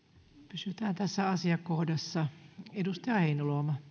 pysytään tässä asiakohdassa